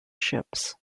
ships